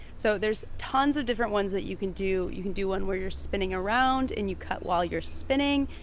so there's tons of different ones that you can do. you can do one where you're spinning around and you cut while you're spinning.